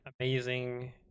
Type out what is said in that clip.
amazing